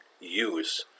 use